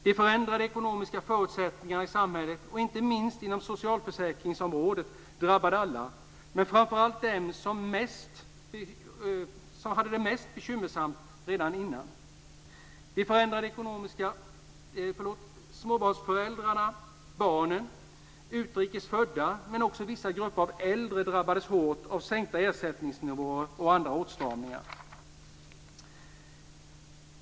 De förändrade ekonomiska förutsättningarna i samhället, inte minst inom socialförsäkringsområdet, drabbade alla men framför allt dem som redan innan hade det mest bekymmersamt. Småbarnsföräldrar, barn, utrikes födda och också vissa grupper av äldre människor drabbades hårt av sänkta ersättningsnivåer och andra åtstramningar.